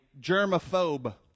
germaphobe